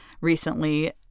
recently